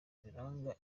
biranga